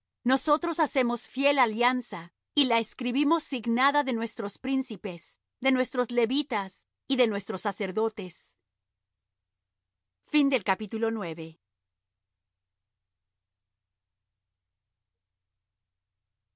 nosotros hacemos fiel alianza y la escribimos signada de nuestros príncipes de nuestros levitas y de nuestros sacerdotes y